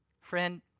Friend